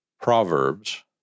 Proverbs